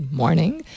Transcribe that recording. morning